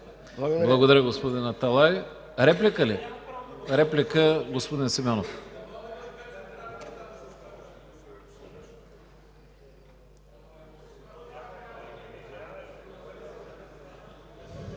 Благодаря, господин Аталай. Реплика – господин Симеонов.